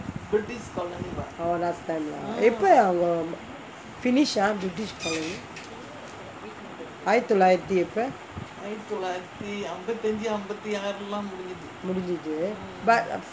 oh last time lah எப்ப:eppa finish ah british colony ஆயிரத்தி தொல்லாயிரத்தி எப்ப:aayrathi thollayirathi eppa முடிஞ்சிது:mudinjithu but uh